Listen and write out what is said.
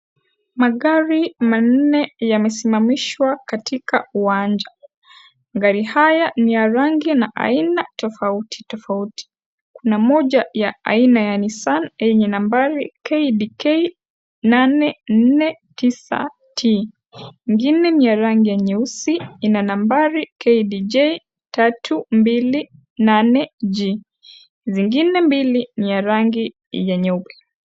Magari manne yamesimamishwa katika uwanja. Magari haya ni ya rangi na aina tofautitofauti. Kuna moja aina ya Nissan yenye nambari KDK 849T, ingine ni ya rangi nyeusi ina nambari KDJ 328G. Zingine mbili ni ya rangi za nyeupe.